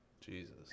Jesus